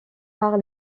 par